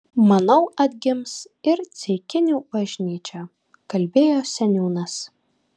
manau atgims ir ceikinių bažnyčia kalbėjo seniūnas